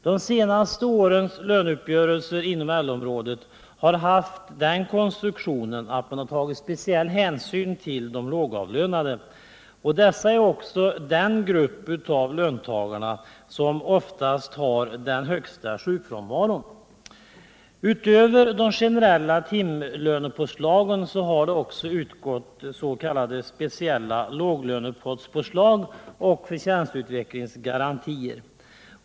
De senaste årens löneuppgörelser på LO-området har haft den konstruktionen att man tagit speciell hänsyn till de lågavlönade. Det är också den grupp av löntagarna som oftast har den högsta sjukfrånvaron. Utöver de generella timlönepåslagen har det också utgått speciella s.k. låglönepottspåslag och förtjänstutvecklingsgarantier.